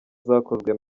zakozwe